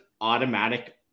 automatic